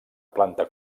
planta